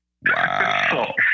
Wow